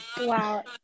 wow